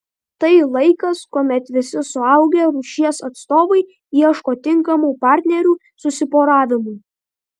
tai laikas kuomet visi suaugę rūšies atstovai ieško tinkamų partnerių susiporavimui